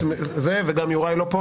גם יוראי לא פה.